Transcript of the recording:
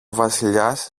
βασιλιάς